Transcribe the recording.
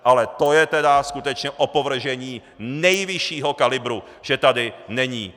Ale to je tedy skutečně opovržení nejvyššího kalibru, že tady není!